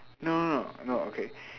no no no no okay